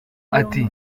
ati